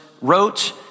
wrote